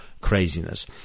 Craziness